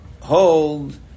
hold